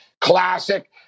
Classic